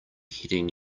heading